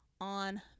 on